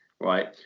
right